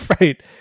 Right